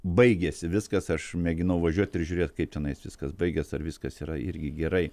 baigėsi viskas aš mėginau važiuot ir žiūrėt kaip tenais viskas baigias ar viskas yra irgi gerai